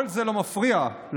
כל זה לא מפריע לממלכתיים.